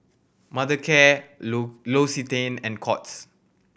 Mothercare L'Occitane and Courts